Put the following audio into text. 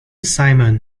simon